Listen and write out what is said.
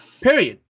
Period